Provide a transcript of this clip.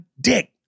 dick